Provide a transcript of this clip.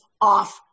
off